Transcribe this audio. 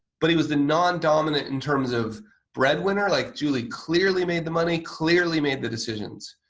but he was the nondominant in terms of breadwinner like julie clearly made the money, clearly made the decisions,